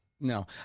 No